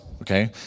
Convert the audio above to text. okay